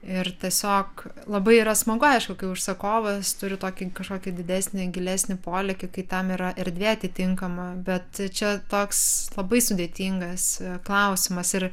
ir tiesiog labai yra smagu aišku kai užsakovas turi tokį kažkokį didesnį gilesnį polėkį kai tam yra erdvė atitinkama bet čia toks labai sudėtingas klausimas ir